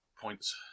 points